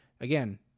again